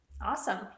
Awesome